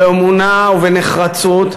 באמונה ובנחרצות.